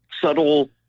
subtle